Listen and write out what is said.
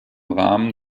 rahmen